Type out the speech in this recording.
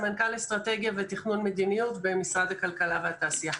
סמנכ"ל אסטרטגיה ותכנון מדיניות במשרד הכלכלה והתעשייה.